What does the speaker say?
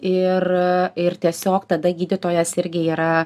ir ir tiesiog tada gydytojas irgi yra